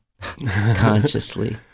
consciously